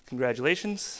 Congratulations